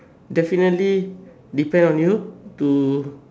definitely depend on you to